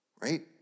right